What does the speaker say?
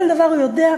כל דבר הוא יודע,